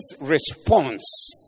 response